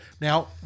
Now